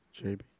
JB